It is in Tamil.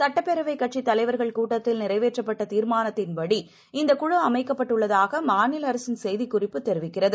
சுட்டப்பேரவைகட்சித் தலைவா்கள் கூட்தத்தில் நிறைவேற்றப்பட்டதீாமானத்தின்படி இந்த குழு அமைக்கப்பட்டுள்ளதாகமாநிலஅரசின் செய்திக்குறிப்பு தெிவிக்கிறது